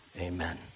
Amen